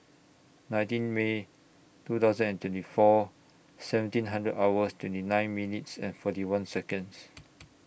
nineteen May two thousand and twenty four seventeen hundred hours twenty nine minutes and forty one Seconds